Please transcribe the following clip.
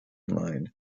line